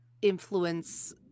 influence